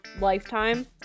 lifetime